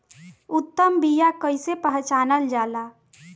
उत्तम बीया कईसे पहचानल जाला?